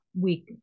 week